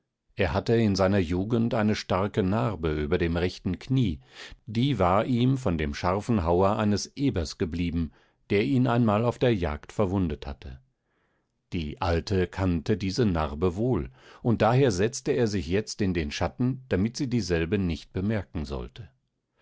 er hatte seit seiner jugend eine starke narbe über dem rechten knie die war ihm von dem scharfen hauer eines ebers geblieben der ihn einmal auf der jagd verwundet hatte die alte kannte diese narbe wohl und daher setzte er sich jetzt in den schatten damit sie dieselbe nicht bemerken sollte